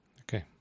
Okay